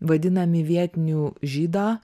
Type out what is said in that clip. vadinami vietinių žydą